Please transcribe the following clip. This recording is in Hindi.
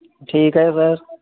ठीक है सर